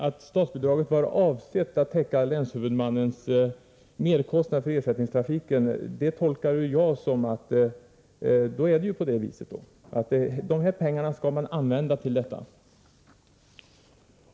Att statsbidraget var avsett att täcka länshuvudmannens merkostnad för ersättningstrafiken tolkar jag så, att avsikten är att pengarna skall användas till detta.